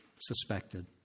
Suspected